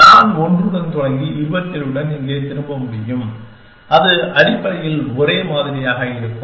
நான் 1 உடன் தொடங்கி 27 உடன் இங்கே திரும்ப முடியும் அது அடிப்படையில் ஒரே மாதிரியாக இருக்கும்